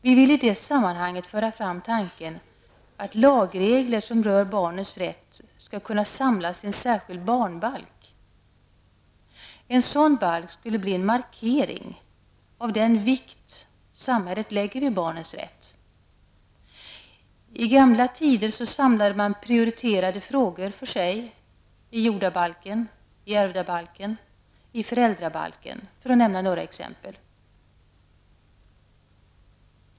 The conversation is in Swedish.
Vi vill i det sammanhanget föra fram tanken att lagregler som rör barnens rätt skall kunna samlas i en särskild barnbalk. En sådan balk skulle bli en markering av den vikt samhället lägger vid barnens rätt. I gamla tider samlade man prioriterade frågor för sig, i jordabalken, i ärvdabalken och i föräldrabalken, för att nämna några exempel.